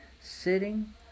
sitting